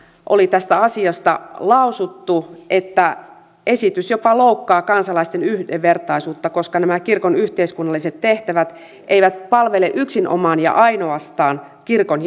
oli asiasta lausuttu että esitys jopa loukkaa kansalaisten yhdenvertaisuutta koska kirkon yhteiskunnalliset tehtävät eivät palvele yksinomaan ja ainoastaan kirkon